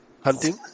hunting